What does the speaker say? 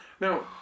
now